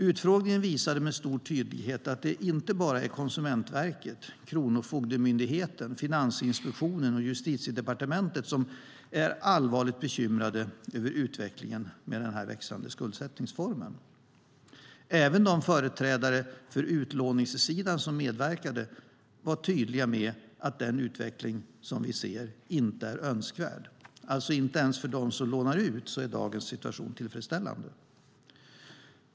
Utfrågningen visade med stor tydlighet att det inte bara är Konsumentverket, Kronofogdemyndigheten, Finansinspektionen och Justitiedepartementet som är allvarligt bekymrade över utvecklingen med den här växande skuldsättningsformen. Även de företrädare för utlåningssidan som medverkade var tydliga med att den utveckling vi ser inte är önskvärd. Alltså inte ens för dem som lånar ut är dagens situation tillfredsställande.